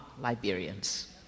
Liberians